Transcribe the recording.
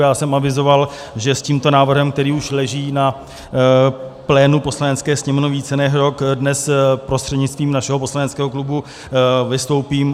Já jsem avizoval, že s tímto návrhem, který už leží na plénu Poslanecké sněmovny více než rok, dnes prostřednictvím našeho poslaneckého klubu vystoupím.